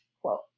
quote